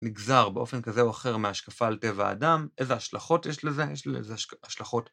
נגזר באופן כזה או אחר מהשקפה על טבע האדם, איזה השלכות יש לזה, יש לזה איזה השלכות.